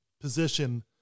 position